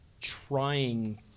trying